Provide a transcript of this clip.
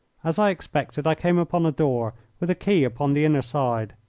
as i expected, i came upon a door with a key upon the inner side.